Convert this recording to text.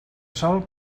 sol